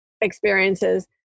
experiences